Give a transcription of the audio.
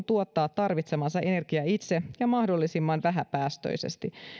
tuottaa tarvitsemansa energia itse ja mahdollisimman vähäpäästöisesti